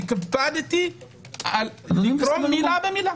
הקפדתי לקרוא מילה במילה.